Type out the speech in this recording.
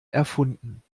erfunden